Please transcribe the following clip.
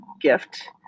gift